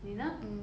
你呢